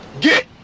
Get